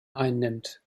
einnimmt